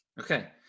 Okay